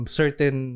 certain